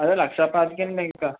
అదే లక్షా పాతిక అండి ఇంక